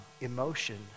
emotion